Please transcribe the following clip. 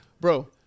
Bro